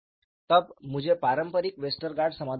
तब मुझे पारंपरिक वेस्टरगार्ड समाधान मिलता है